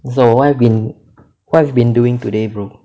so what've what've you been doing today bro